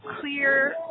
clear